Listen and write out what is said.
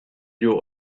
you